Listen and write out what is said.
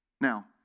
Now